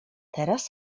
teraz